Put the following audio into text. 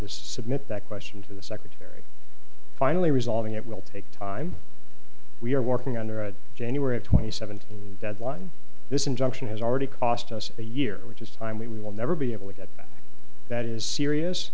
to submit that question to the secretary finally resolving it will take time we are working under a january twenty seventh deadline this injunction has already cost us a year which is time we will never be able to get that is serious